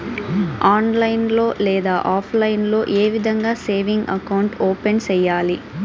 online లో లేదా offline లో ఏ విధంగా సేవింగ్ అకౌంట్ ఓపెన్ సేయాలి